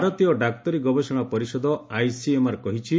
ଭାରତୀୟ ଡାକ୍ତରୀ ଗବେଷଣା ପରିଷଦ ଆଇସିଏମ୍ଆର୍ କହିଛି